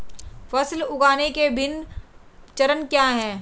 फसल उगाने के विभिन्न चरण क्या हैं?